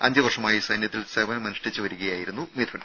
അഞ്ച് വർഷമായി സൈന്യത്തിൽ സേവനമനുഷ്ഠിച്ച് വരികയായിരുന്നു മിഥുൻ